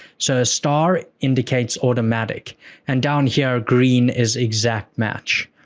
so, a star indicates automatic and down here, green is exact match.